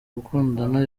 gukundana